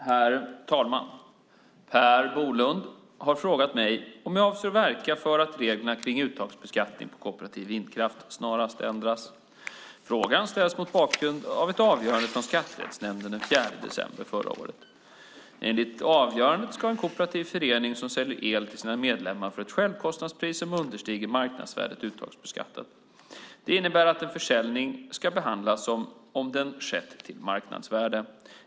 Herr talman! Per Bolund har frågat mig om jag avser att verka för att reglerna om uttagsbeskattning på kooperativ vindkraft snarast ändras. Frågan ställs mot bakgrund av ett avgörande från Skatterättsnämnden den 4 december förra året. Enligt avgörandet ska en kooperativ förening som säljer el till sina medlemmar för ett självkostnadspris som understiger marknadsvärdet uttagsbeskattas. Det innebär att en försäljning ska behandlas som om den hade skett till marknadsvärde.